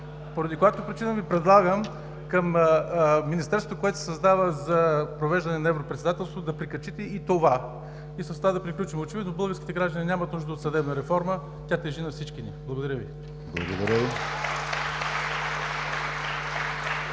поради която причина Ви предлагам към Министерството, което се създава за провеждане на Европредседателството, да прикачите и това. И с това да приключваме. Очевидно българските граждани нямат нужда от съдебна реформа, тя тежи на всички ни. Благодаря Ви.